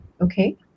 Okay